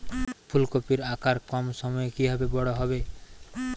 ফুলকপির আকার কম সময়ে কিভাবে বড় হবে?